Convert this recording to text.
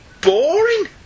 boring